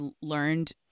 learned